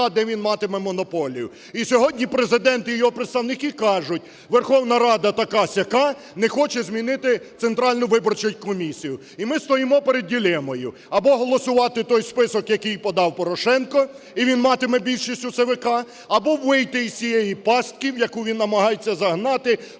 де він матиме монополію. І сьогодні Президент і його представники кажуть: "Верховна Рада така-сяка, не хоче змінити Центральну виборчу комісію". І ми стоїмо перед дилемою: або голосувати той список, який подав Порошенко, і він матиме більшість в ЦВК, або вийти з цієї пастки, в яку він намагається загнати